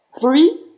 Three